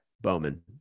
Bowman